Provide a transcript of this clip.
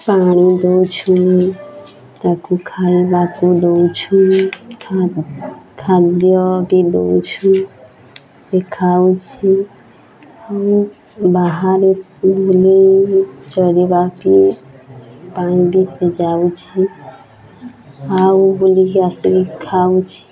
ପାଣି ଦେଉଛୁ ତାକୁ ଖାଇବାକୁ ଦେଉଛୁଁ ଖାଦ୍ୟ ବି ଦେଉଛୁଁ ସେ ଖାଉଛି ଆଉ ବାହାରେ ବୁଲି ଚରିବା ବିି ପାଣି ବି ସେ ଯାଉଛି ଆଉ ବୁଲିକି ଆସିକି ଖାଉଛି